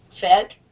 fed